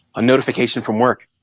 a notification from work.